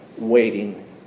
Waiting